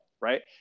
right